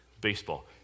baseball